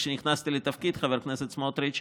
כשנכנסתי לתפקיד, חבר הכנסת סמוטריץ',